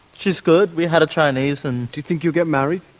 she's good. we had a chinese and. do you think you'll get married?